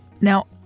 Now